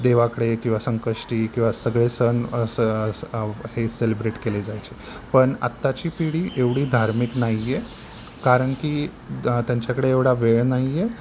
देवाकडे किंवा संकष्टी किंवा सगळे सण असं हे सेलिब्रेट केले जायचे पण आत्ताची पिढी एवढी धार्मिक नाही आहे कारण की त्यांच्याकडे एवढा वेळ नाही आहे